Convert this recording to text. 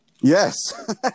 Yes